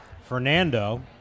Fernando